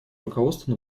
руководство